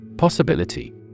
Possibility